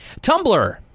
Tumblr